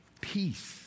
Peace